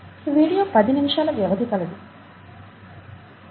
ఈ వీడియో పది నిమిషాల వ్యవధి కలది